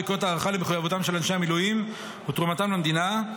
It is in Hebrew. וכאות הערכה למחויבותם של אנשי המילואים ותרומתם למדינה,